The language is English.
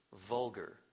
vulgar